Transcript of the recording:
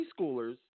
preschoolers